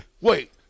wait